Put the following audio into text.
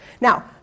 Now